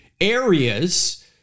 areas